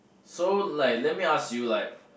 so like let me ask you like